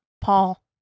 Paul